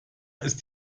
ist